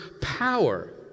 power